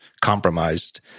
compromised